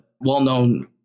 well-known